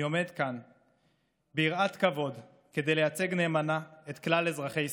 אני עומד כאן ביראת כבוד כדי לייצג נאמנה את כלל אזרחי ישראל,